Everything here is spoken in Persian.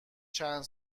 چند